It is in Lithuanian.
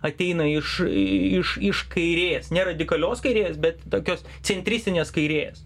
ateina iš iš iš kairės ne radikalios kairės bet tokios centristinės kairės